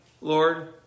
Lord